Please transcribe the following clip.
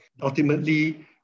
Ultimately